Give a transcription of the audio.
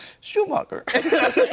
Schumacher